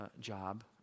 job